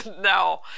No